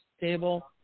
table